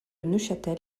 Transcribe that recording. neufchâtel